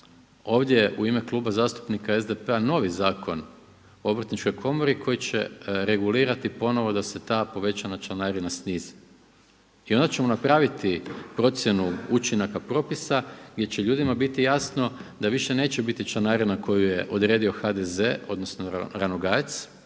ovdje u ime Kluba zastupnika SDP-a novi zakon o Obrtničkoj komori koji će regulirati ponovo da se ta povećana članarina snizi i onda ćemo napraviti procjenu učinaka propisa gdje će ljudima biti jasno da više neće biti članarina koju je odredio HDZ odnosno RAnogajec,